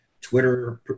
Twitter